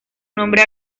nombre